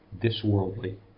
this-worldly